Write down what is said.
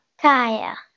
Kaya